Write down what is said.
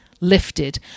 lifted